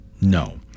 no